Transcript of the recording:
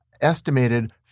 estimated